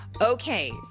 Okay